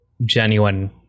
genuine